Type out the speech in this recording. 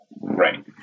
Right